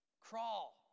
Crawl